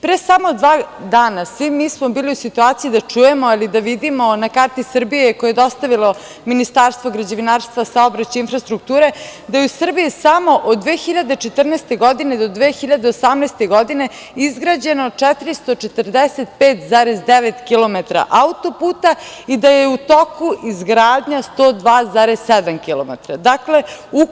Pre samo dva dana, svi mi smo bili u situaciji da čujemo, ali i da vidimo na karti Srbiji, koju je dostavilo Ministarstvo građevinarstva, saobraćaja, infrastrukture, da je u Srbiji od 2014. do 2018. godine izgrađeno 445,9 kilometra auto-puta i da je u toku izgradnja 102,7 kilometra.